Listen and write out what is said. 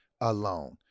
alone